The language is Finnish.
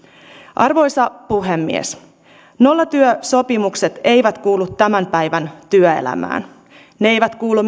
arvoisa puhemies nollatyösopimukset eivät kuulu tämän päivän työelämään ne eivät kuulu